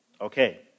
Okay